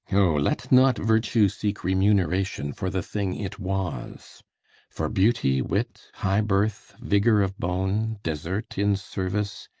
o, let not virtue seek remuneration for the thing it was for beauty, wit, high birth, vigour of bone, desert in service,